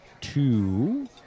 two